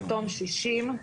כתום 60 רשויות.